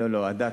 לא, לא, אדטו.